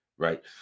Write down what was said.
Right